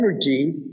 energy